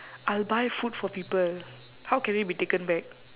I'll buy food for people how can it be taken back